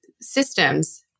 systems